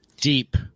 deep